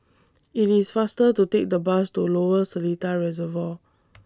IT IS faster to Take The Bus to Lower Seletar Reservoir